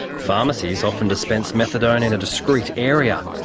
pharmacies often dispense methadone in a discrete area,